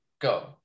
go